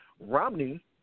Romney